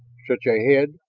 such a head,